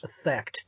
effect